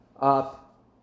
up